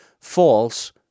false